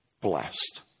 blessed